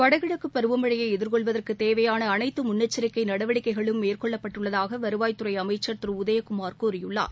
வடகிழக்கு பருவமழையை எதிர்கொள்வதற்கு தேவையான அனைத்து முன்னெச்சரிக்கை நடவடிக்கைகளும் மேற்கொள்ளப்பட்டுள்ளதாக வருவாய்த்துறை அமைச்சர் திரு உதயகுமார் கூறியுள்ளார்